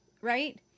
right